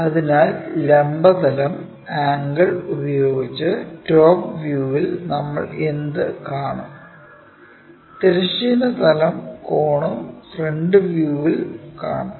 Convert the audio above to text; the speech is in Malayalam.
അതിനാൽ ലംബ തലം ആംഗിൾ ഉപയോഗിച്ച് ടോപ് വ്യൂവിൽ നമ്മൾ എന്ത് കാണും തിരശ്ചീന തലം plane കോണും ഫ്രണ്ട് വ്യൂവിൽ കാണും